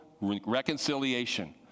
reconciliation